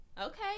Okay